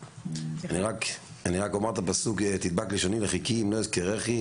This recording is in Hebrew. אני רק אומר את הפסוק: תדבק לשוני לחיכי אם לא אזכרכי,